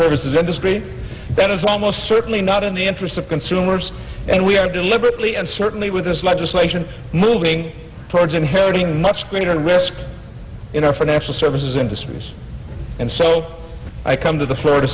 services industry that is almost certainly not in the interest of consumers and we are deliberately and certainly with this legislation moving towards inheriting much greater risks in our financial services industries and so i come to the floor to